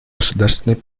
государственной